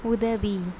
உதவி